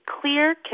clear